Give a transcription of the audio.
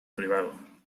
privado